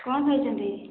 କ'ଣ ଖାଇଛନ୍ତି